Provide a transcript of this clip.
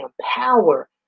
power